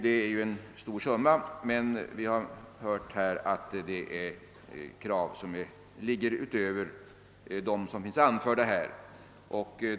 Det är en stor summa, men vi har hört att det finns krav som ligger över vad som finns anfört här.